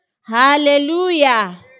Hallelujah